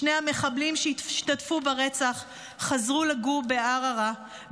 שני המחבלים שהשתתפו ברצח חזרו לגור בערערה,